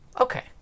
Okay